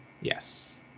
Yes